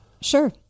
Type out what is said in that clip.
Sure